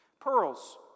Pearls